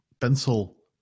pencil